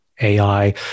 AI